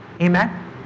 Amen